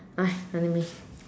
!huh! really meh